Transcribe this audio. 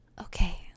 Okay